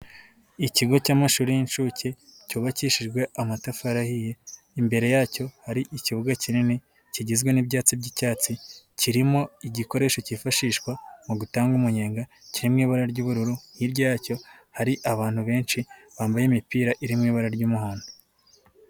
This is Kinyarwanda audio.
Ikigo cy'amashuri y'inshuke cyubakishijwe amatafari ahiye, imbere yacyo hari ikibuga kinini kigizwe n'ibyatsi by'icyatsi kirimo igikoresho cyifashishwa mu gutanga umunyenga kiri mu ibara ry'ubururu, hirya yacyo hari abantu benshi bambaye imipira iri mu ibara ry'umuhondo.